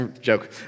Joke